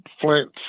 Flint